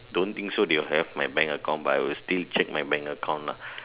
don't think so they will have my bank account but I will still my bank account lah